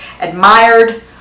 admired